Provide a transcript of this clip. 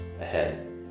ahead